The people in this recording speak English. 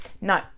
No